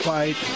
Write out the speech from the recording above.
Fight